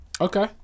Okay